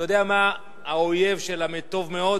אתה יודע מה האויב של הטוב מאוד,